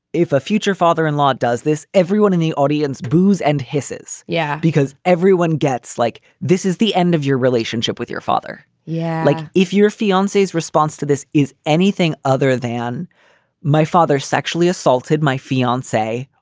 if a future father in law does this, everyone in the audience boos and hisses. yeah. because everyone gets like this is the end of your relationship with your father? yeah. like, if your fiance's response to this is anything other than my father sexually assaulted my fiance,